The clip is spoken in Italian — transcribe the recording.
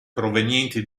provenienti